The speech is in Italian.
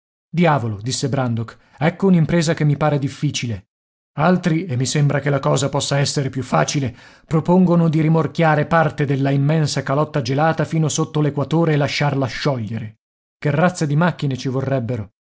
diavolo disse brandok ecco un'impresa che mi pare difficile altri e mi sembra che la cosa possa essere più facile propongono di rimorchiare parte della immensa calotta gelata fino sotto l'equatore e lasciarla sciogliere che razza di macchine ci vorrebbero